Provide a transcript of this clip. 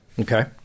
Okay